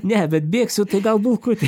ne bet bėgsiu tai gal bulkutę